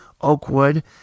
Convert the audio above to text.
Oakwood